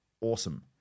awesome